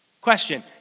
Question